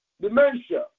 dementia